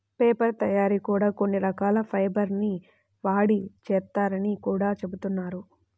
paper తయ్యారీ కూడా కొన్ని రకాల ఫైబర్ ల్ని వాడి చేత్తారని గూడా జెబుతున్నారు